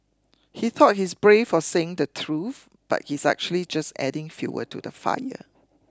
he thought he's brave for saying the truth but he's actually just adding fuel to the fire